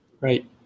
Right